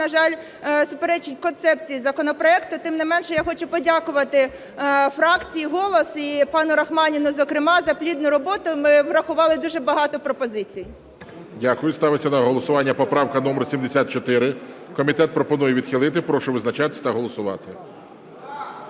на жаль, суперечить концепції законопроекту. Тим не менше, я хочу подякувати фракції "Голос" і пану Рахманіну зокрема за плідну роботу. Ми врахували дуже багато пропозицій. ГОЛОВУЮЧИЙ. Дякую. Ставиться на голосування поправка номер 74. Комітет пропонує відхилити. Прошу визначатись та голосувати.